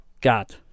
God